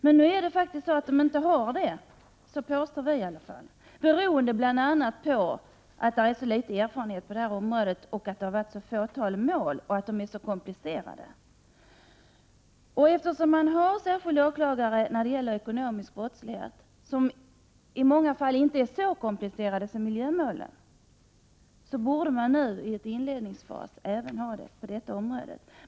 Men nu har inte alla åklagare den kompetensen, påstår vi i alla fall, bl.a. beroende på att det finns så litet erfarenhet på detta område, att det har varit så få mål och att dessa är så komplicerade. Eftersom man har särskilda åklagare när det gäller ekonomisk brottslighet, där målen i många fall inte är så komplicerade som miljömålen, borde man nu i en inledningsfas ha särskilda åklagare även på detta område.